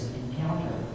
encounter